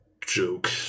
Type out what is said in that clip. joke